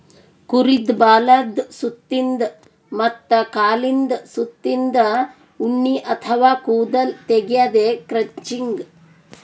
ಕುರಿದ್ ಬಾಲದ್ ಸುತ್ತಿನ್ದ ಮತ್ತ್ ಕಾಲಿಂದ್ ಸುತ್ತಿನ್ದ ಉಣ್ಣಿ ಅಥವಾ ಕೂದಲ್ ತೆಗ್ಯದೆ ಕ್ರಚಿಂಗ್